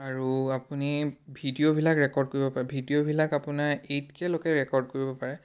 আৰু আপুনি ভিডিঅ'বিলাক ৰেকৰ্ড কৰিব পাৰে ভিডিঅ'বিলাক আপোনাৰ এইট কেলৈকে ৰেকৰ্ড কৰিব পাৰে